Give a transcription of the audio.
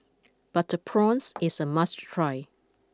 Butter Prawns is a must try